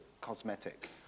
cosmetic